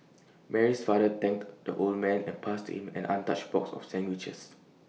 Mary's father thanked the old man and passed him an untouched box of sandwiches